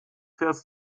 fährst